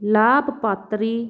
ਲਾਭਪਾਤਰੀ